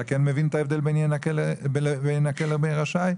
אתה כן מבין את ההבדל בין ינכה לבין רשאי?